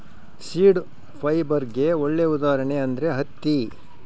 seed ಫೈಬರ್ಗೆ ಒಳ್ಳೆ ಉದಾಹರಣೆ ಅಂದ್ರೆ ಹತ್ತಿ